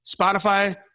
Spotify